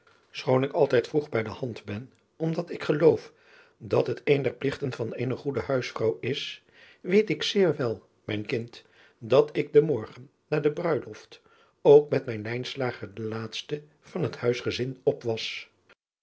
choon ik altijd vroeg bij de hand ben omdat ik geloof dat het één der pligten van eene goede huisvrouw is weet ik zeer wel mijn kind dat ik den morgen na de bruiloft ook met mijn de laatste van het huisgezin op was